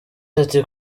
ati